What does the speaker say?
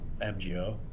MGO